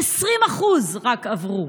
ורק 20% עברו.